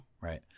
Right